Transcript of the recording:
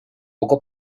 poco